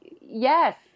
yes